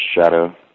shadow